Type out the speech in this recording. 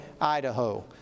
Idaho